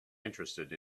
interested